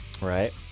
Right